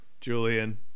Julian